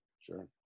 Sure